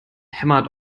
hämmert